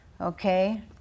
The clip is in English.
Okay